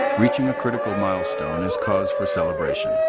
reaching a critical milestone is cause for celebration.